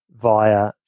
via